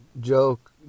joke